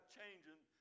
changing